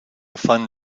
fun